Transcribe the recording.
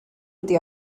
ydy